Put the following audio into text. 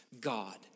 God